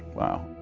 wow.